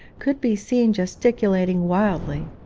could be seen gesticulating wildly?